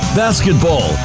basketball